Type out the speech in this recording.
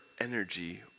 energy